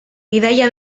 bidaia